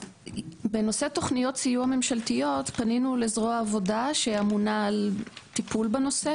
בנושא תכניות סיוע ממשלתיות פנינו לזרוע העבודה שאמונה על טיפול בנושא.